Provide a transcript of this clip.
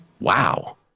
Wow